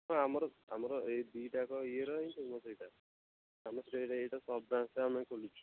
ଆମର ଆମର ଏଇ ଦିଟାଯାକ ଇଏର ହିଁ ଫେମସ୍ ଏଇଟା ଆମ ଏ ଏଇଟା ସବ୍ବ୍ରାଞ୍ଚ୍ଟା ଆମେ ଖୋଲିଛୁ